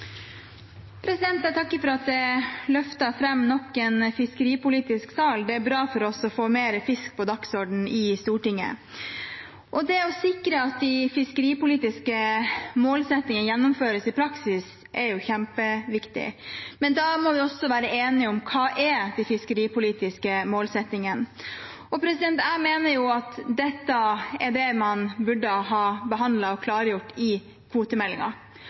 nok en fiskeripolitisk sak; det er bra for oss å få mer fisk på dagsordenen i Stortinget. Det å sikre at de fiskeripolitiske målsettingene gjennomføres i praksis, er kjempeviktig. Men da må vi også være enige om hva de fiskeripolitiske målsettingene er. Jeg mener at dette er noe man burde ha behandlet og klargjort i